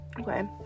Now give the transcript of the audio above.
Okay